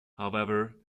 however